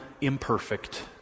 imperfect